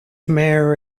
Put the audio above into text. mayor